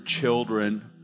children